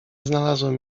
znalazłem